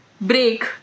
break